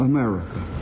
America